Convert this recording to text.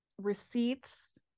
Receipts